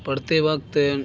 पढ़ते वक़्त